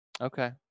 Okay